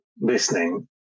listening